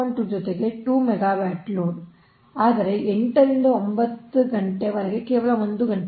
2 ಜೊತೆಗೆ 2 megawatt load ಆದರೆ 8 ರಿಂದ 9 ಕೇವಲ 1 ಗಂಟೆ